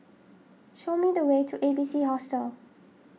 show me the way to A B C Hostel